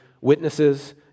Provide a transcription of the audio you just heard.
Witnesses